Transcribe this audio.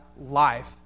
life